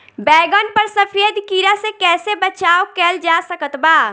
बैगन पर सफेद कीड़ा से कैसे बचाव कैल जा सकत बा?